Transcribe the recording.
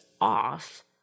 off